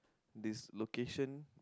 this location